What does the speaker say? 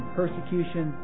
persecution